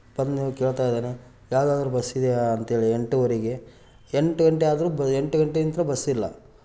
ಬಂದು ಕೇಳ್ತಾಯಿದ್ದಾನೆ ಯಾವ್ದಾದ್ರೂ ಬಸ್ಸಿದೆಯಾ ಅಂಥೇಳಿ ಎಂಟುವರೆಗೆ ಎಂಟು ಗಂಟೆಯಾದ್ರೂ ಬ ಎಂಟು ಗಂಟೆಯಿಂದ ಬಸ್ಸಿಲ್ಲ